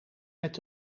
met